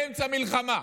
באמצע מלחמה.